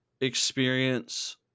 experience